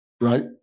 right